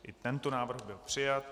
I tento návrh byl přijat.